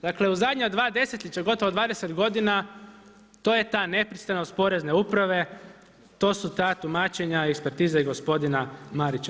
Dakle, u zadnja dva desetljeća gotovo 20 godina to je ta nepristranost Porezne uprave, to su ta tumačenja, ekspertize i gospodina Marića.